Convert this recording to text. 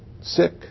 sick